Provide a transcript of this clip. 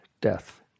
death